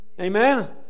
Amen